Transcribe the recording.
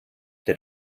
der